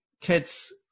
kids